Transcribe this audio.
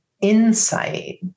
insight